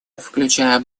включая